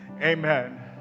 amen